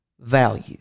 value